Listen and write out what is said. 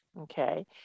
Okay